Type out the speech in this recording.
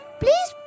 please